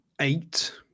eight